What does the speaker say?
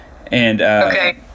Okay